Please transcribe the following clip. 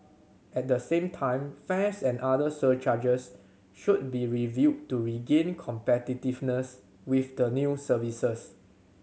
at the same time fares and other surcharges should be reviewed to regain competitiveness with the new services